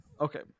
Okay